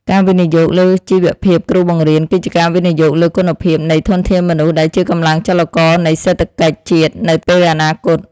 ការវិនិយោគលើជីវភាពគ្រូបង្រៀនគឺជាការវិនិយោគលើគុណភាពនៃធនធានមនុស្សដែលជាកម្លាំងចលករនៃសេដ្ឋកិច្ចជាតិ នៅពេលអនាគត។